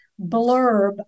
blurb